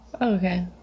Okay